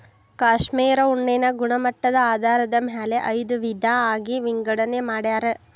cashmere ಉಣ್ಣೆನ ಗುಣಮಟ್ಟದ ಆಧಾರದ ಮ್ಯಾಲ ಐದ ವಿಧಾ ಆಗಿ ವಿಂಗಡನೆ ಮಾಡ್ಯಾರ